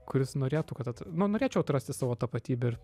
kuris norėtų kad at nu rėčiau atrasti savo tapatybę ir